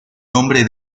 nombre